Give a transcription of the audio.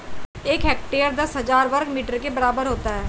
एक हेक्टेयर दस हजार वर्ग मीटर के बराबर होता है